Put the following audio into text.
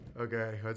Okay